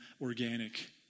organic